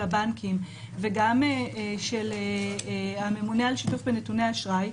הבנקים וגם של הממונה על שיתוף בנתוני אשראי,